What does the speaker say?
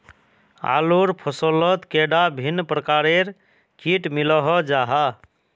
आलूर फसलोत कैडा भिन्न प्रकारेर किट मिलोहो जाहा?